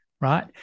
right